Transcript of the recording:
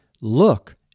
Look